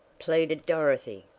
pleaded dorothy,